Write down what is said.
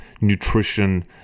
nutrition